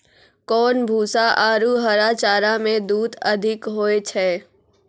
कोन भूसा आरु हरा चारा मे दूध अधिक होय छै?